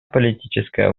политическая